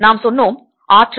நாம் சொன்னோம் ஆற்றல்